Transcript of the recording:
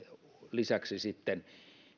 lisäksi sitten